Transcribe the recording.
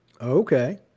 okay